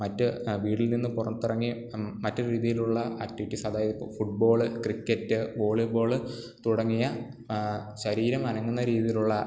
മറ്റ് വീടിൽ നിന്നും പുറത്തിറങ്ങി മറ്റു രീതിയിലുള്ള ആക്ടിവിറ്റീസ് അതായത് ഇപ്പോൾ ഫുട്ബോൾ ക്രിക്കറ്റ് വോളിബോൾ തുടങ്ങിയ ശരീരമനങ്ങുന്ന രീതിയിലുള്ള